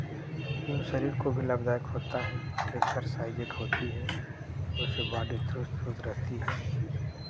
जो शरीर को भी लाभदायक होता है एक्सरसाइज़ एक होती है उससे बॉडी चुस्त दुरुस्त रहती है